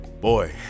Boy